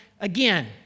again